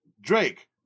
Drake